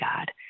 God